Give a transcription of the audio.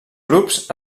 grups